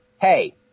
Hey